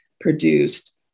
produced